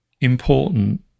important